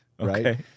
right